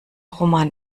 roman